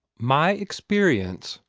my experience,